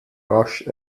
rush